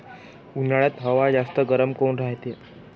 उन्हाळ्यात हवा जास्त गरम काऊन रायते?